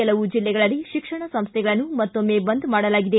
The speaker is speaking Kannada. ಕೆಲವು ಜಿಲ್ಲೆಗಳಲ್ಲಿ ತಿಕ್ಷಣ ಸಂಸ್ವೆಗಳನ್ನು ಮತ್ತೊಮ್ಮೆ ಬಂದ್ ಮಾಡಲಾಗಿದೆ